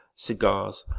cigars,